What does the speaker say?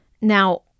Now